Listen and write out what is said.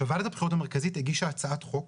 ועדת הבחירות המרכזית הגישה הצעת חוק